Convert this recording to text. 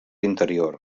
interior